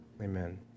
Amen